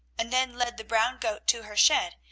and then led the brown goat to her shed,